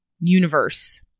universe